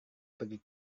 pergi